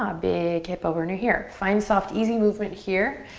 ah big hip opener here. find soft, easy movement here.